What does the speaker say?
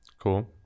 Cool